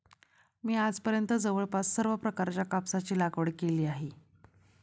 मी आजपर्यंत जवळपास सर्व प्रकारच्या कापसाची लागवड केली आहे